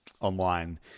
online